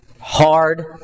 hard